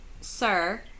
Sir